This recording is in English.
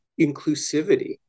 inclusivity